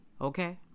okay